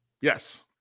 yes